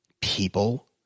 People